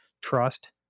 trust